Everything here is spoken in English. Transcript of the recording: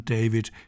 David